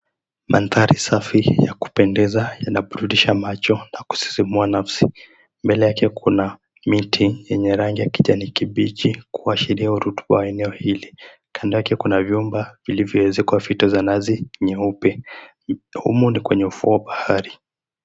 Mandhari safi ya kupendeza yanaburudisha macho na kusisimua nafasi mbele yake kuna miti yenye rangi ya kijani kibichi kuashiria rotuba ya eneo hili, kando yake kuna nyumba zilizoezekwa na fita za nazi nyeupe humo ni kwenye ufuo wa bahari.